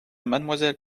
mademoiselle